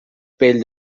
pell